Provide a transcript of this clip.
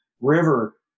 river